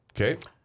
Okay